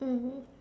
mm